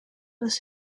was